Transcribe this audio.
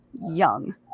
young